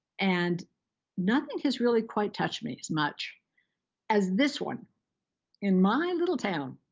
and nothing has really quite touched me as much as this one in my little town.